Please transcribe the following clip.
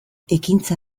ekintza